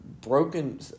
broken –